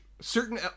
certain